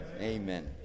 Amen